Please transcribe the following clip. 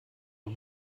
man